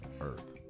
Earth